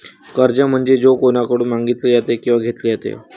कर्ज म्हणजे जे कोणाकडून मागितले जाते किंवा घेतले जाते